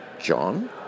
John